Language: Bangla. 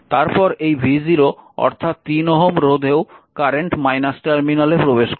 তারপর এই v0 অর্থাৎ 3 Ω রোধেও কারেন্ট টার্মিনালে প্রবেশ করছে